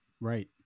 Right